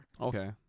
Okay